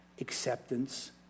Acceptance